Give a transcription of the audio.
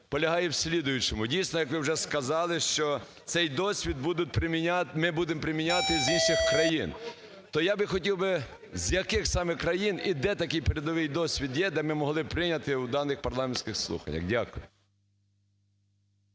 полягає в слідуючому. Дійсно, як ви вже сказали, що цей досвід ми будем приміняти з інших країн. То я би хотів би… З яких саме країн? І де такий передовий досвід є, де ми могли прийняти у даних парламентських слуханнях? Дякую.